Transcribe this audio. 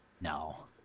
No